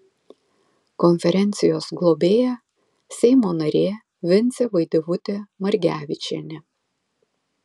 konferencijos globėja seimo narė vincė vaidevutė margevičienė